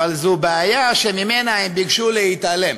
אבל זו בעיה שממנה הם ביקשו להתעלם,